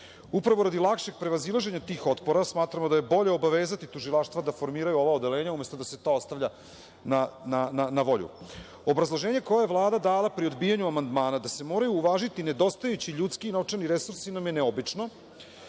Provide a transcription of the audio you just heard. Upravo, radi lakšeg prevazilaženja tih otpora, smatramo da je bolje obavezati tužilaštva da formiraju ova odeljenja umesto da se to ostavlja na volju. Obrazloženje koje je Vlada dala pri odbijanju amandmana, da se moraju uvažiti nedostajući ljudski i novčani resursi, nam je neobično,